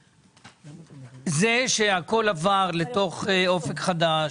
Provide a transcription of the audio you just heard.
זה שהכול עבר לתוך אופק חדש